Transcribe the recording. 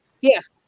Yes